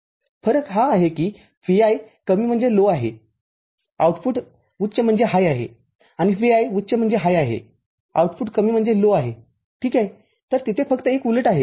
फरक हा आहे कि Vi कमी आहे आउटपुट उच्च आहे आणि Vi उच्च आहे आउटपुट कमी आहे ठीक आहे तर तिथे फक्त एक उलट आहे